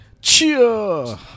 Cheer